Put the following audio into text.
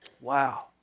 Wow